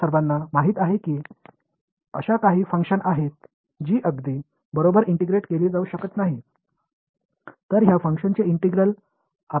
சரியாக ஒருங்கிணைக்க முடியாத ஃபங்ஷன் உள்ளன என்பதை நாம் அனைவரும் அறிவோம் எனவே நாம் விரும்புவது இந்த ஃபங்ஷனின் ஒருங்கிணைப்பு